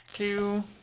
two